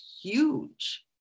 huge